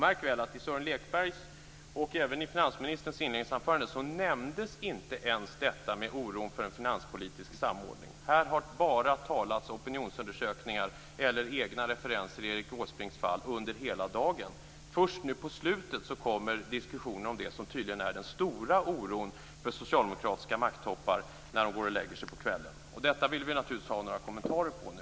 Märk väl att i Sören Lekbergs inledningsanförande och även i finansministerns nämndes inte ens oron för en finanspolitisk samordning. Här har bara talats opinionsundersökningar, eller i Erik Åsbrinks fall egna referenser, under hela dagen. Först nu på slutet kommer diskussionen om det som tydligen är den stora oron för socialdemokratiska makttoppar när de går och lägger sig på kvällen. Detta vill vi naturligtvis ha några kommentarer till nu.